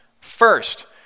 First